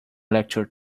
lecture